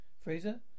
Fraser